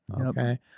Okay